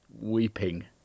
weeping